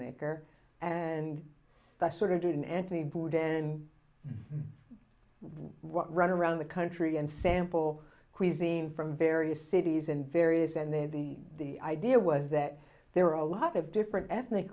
maker and that sort of didn't anthony boudin what run around the country and sample cuisine from various cities and various and they the idea was that there are a lot of different ethnic